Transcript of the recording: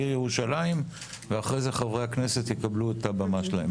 ירושלים, ואחרי זה חברי הכנסת יקבלו את הבמה שלהם.